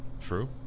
True